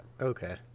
Okay